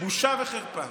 בושה וחרפה.